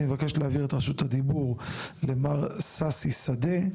אני מבקש להעביר את רשות הדיבור למר ששי שדה,